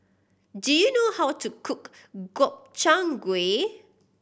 do you know how to cook Gobchang Gui